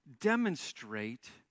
demonstrate